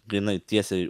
grynai tiesiai